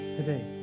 today